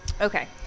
Okay